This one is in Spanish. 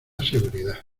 seguridad